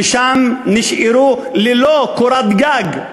ששם נשארו ללא קורת גג.